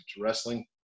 wrestling